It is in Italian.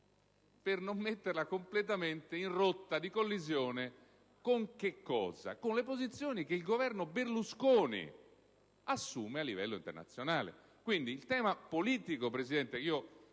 per non metterla completamente in rotta di collisione con le posizioni che il Governo Berlusconi assume a livello internazionale.